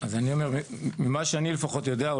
אז אני אומר ממה שאני לפחות יודע,